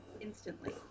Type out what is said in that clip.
instantly